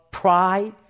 pride